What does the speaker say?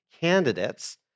candidates